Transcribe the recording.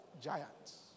Giants